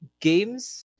Games